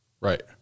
Right